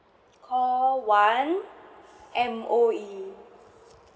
call one M_O_E